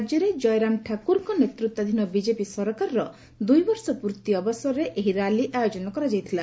ରାଜ୍ୟରେ ଜୟରାମ ଠାକୁରଙ୍କ ନେତୃତ୍ୱାଧୀନ ବିଜେପି ସରକାରର ଦୁଇ ବର୍ଷ ପୂର୍ତ୍ତି ଅବସରରେ ଏହି ର୍ୟାଲି ଆୟୋଜନ କରାଯାଇଥିଲା